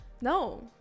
No